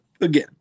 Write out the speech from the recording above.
again